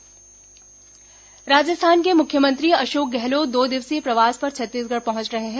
अशोक गहलोत छत्तीसगढ़ राजस्थान के मुख्यमंत्री अशोक गहलोत दो दिवसीय प्रवास पर छत्तीसगढ़ पहुंच रहे हैं